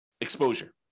exposure